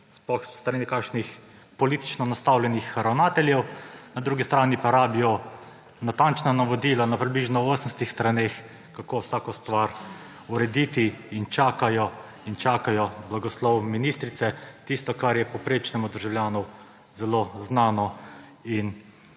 sploh s strani kakšnih politično nastavljenih ravnateljev, na drugi strani pa rabijo natančna navodila na približno 80 straneh, kako vsako stvar urediti, in čakajo in čakajo blagoslov od ministrice za tisto, kar je povprečnemu državljanu zelo znano in